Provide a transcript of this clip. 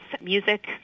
music